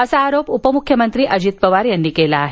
असा आरोप उपम्ख्यमंत्री अजित पवार यांनी केला आहे